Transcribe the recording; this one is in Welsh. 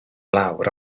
lawr